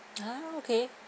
ah okay